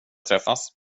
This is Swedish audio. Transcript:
träffas